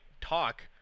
talk